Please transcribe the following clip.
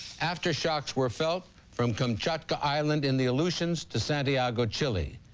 aftershocks were felt from kamchatka island in the aleutians to santiago, chile.